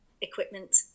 equipment